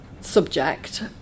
subject